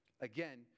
again